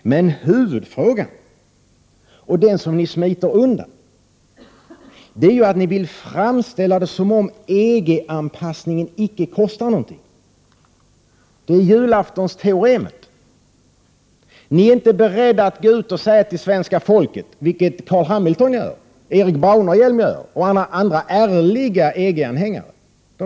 Men huvudfrågan, som ni smiter undan, är ju att ni vill framställa det som om EG-anpassningen icke kostar någonting. Det är julaftonsteoremet. Ni är inte beredda att gå ut till svenska folket, vilket Carl Hamilton, Erik Braunerhielm och alla andra ärliga EG-anhängare gör.